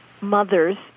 mothers